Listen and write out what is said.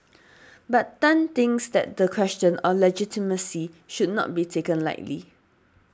but Tan thinks that the question of legitimacy should not be taken lightly